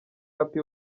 happy